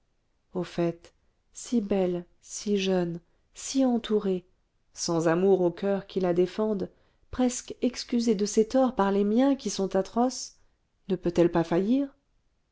au fait si belle si jeune si entourée sans amour au coeur qui la défende presque excusée de ses torts par les miens qui sont atroces ne peut-elle pas faillir